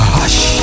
Hush